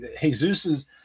Jesus